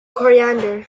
coriander